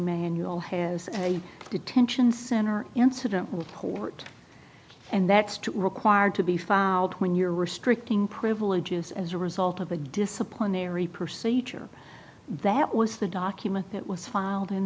manual has a detention center incident report and that's to be required to be filed when you're restricting privileges as a result of a disciplinary procedures that was the document that was filed in